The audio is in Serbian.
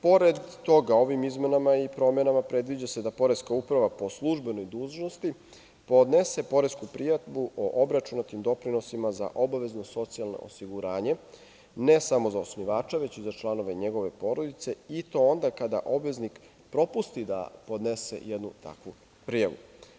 Pored toga, ovim izmenama i promenama predviđa se da Poreska uprava po službenoj dužnosti podnese poresku prijavu o obračunatim doprinosima za obavezno socijalno osiguranje, ne samo za osnivača, već i za članove njegove porodice i to onda kada obveznik propusti da podnese jednu takvu prijavu.